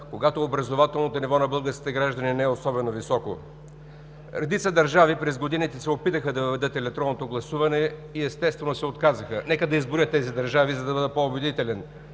когато образователното ниво на българските граждани не е особено високо. Редица държави през годините се опитаха да въведат електронното гласуване и естествено се отказаха. Нека да изброя тези държави, за да бъда по-убедителен: